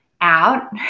out